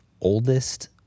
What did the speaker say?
oldest